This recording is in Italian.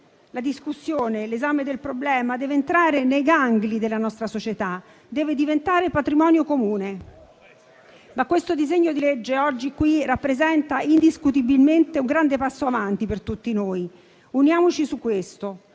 La discussione e l'esame del problema devono entrare nei gangli della nostra società, devono diventare patrimonio comune. Ma questo disegno di legge, oggi, qui rappresenta indiscutibilmente un grande passo avanti per tutti noi. Uniamoci su questo.